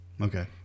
Okay